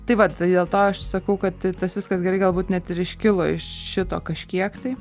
tai vat tai dėl to aš sakau kad tas viskas gerai galbūt net ir iškilo iš šito kažkiek tai